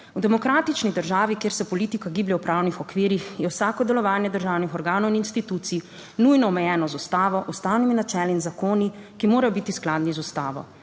V demokratični državi, kjer se politika giblje v pravnih okvirih, je vsako delovanje državnih organov in institucij nujno omejeno z ustavo, ustavnimi načeli in zakoni, ki morajo biti skladni z ustavo.